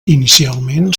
inicialment